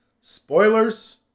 Spoilers